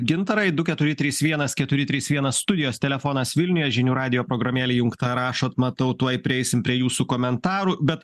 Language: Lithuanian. gintarai du keturi trys vienas keturi trys vienas studijos telefonas vilniuje žinių radijo programėlė įjungta rašot matau tuoj prieisim prie jūsų komentarų bet